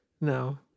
No